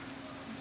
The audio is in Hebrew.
וצופים.